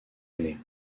année